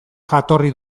jatorri